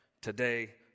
today